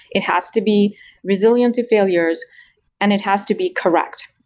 it has to be resiliency failures and it has to be correct.